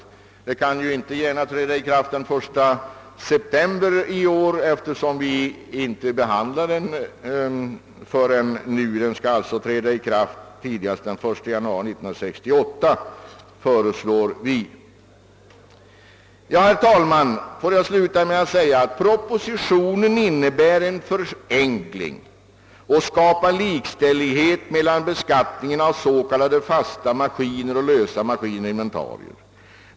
Bestämmelserna skulle enligt propositionen träda i kraft den 1 september i år, men eftersom vi inte behandlar förslaget förrän nu föreslår vi att lagen skall träda i kraft tidigast den 1 januari 1968. Herr talman! Jag vill sluta med att säga att propositionen innebär en förenkling och skapar likställighet mellan beskattningen av s.k. fasta maskiner och av lösa maskiner och inventarier.